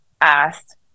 asked